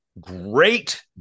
great